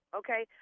okay